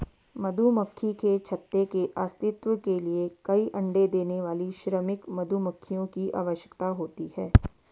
मधुमक्खी के छत्ते के अस्तित्व के लिए कई अण्डे देने वाली श्रमिक मधुमक्खियों की आवश्यकता होती है